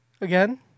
again